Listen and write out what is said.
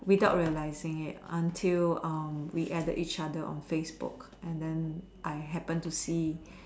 without realising it until um we added each other on Facebook and then I happened to see